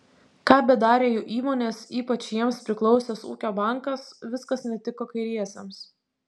ką bedarė jų įmonės ypač jiems priklausęs ūkio bankas viskas netiko kairiesiems